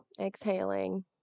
exhaling